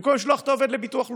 במקום לשלוח את העובד לביטוח לאומי.